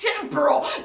temporal